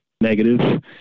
negative